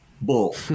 bull